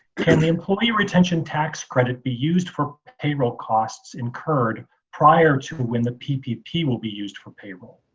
can the employee retention tax credit be used for payroll costs incurred prior to when the ppp will be used for payroll?